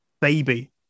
baby